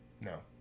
No